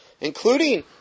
including